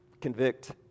convict